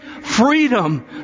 freedom